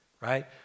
right